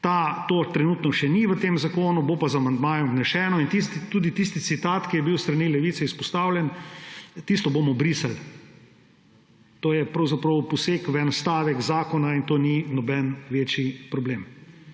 Tega trenutno še ni v tem zakonu, bo pa z amandmajem vneseno. Tudi tisti citat, ki je bil s strani Levice izpostavljen, bomo brisali; to je pravzaprav poseg v en stavek zakona in to ni noben večji problem.